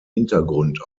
hintergrund